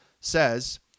says